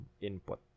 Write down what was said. input